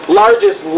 largest